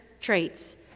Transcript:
traits